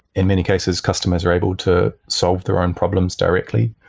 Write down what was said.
in many cases, customers are able to solve their own problems directly.